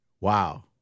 Wow